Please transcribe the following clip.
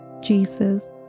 Jesus